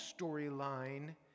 storyline